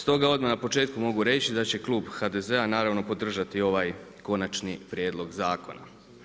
Stoga odmah na početku mogu reći da će klub HDZ-a naravno podržati ovaj konačni prijedlog zakona.